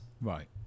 Right